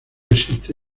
existe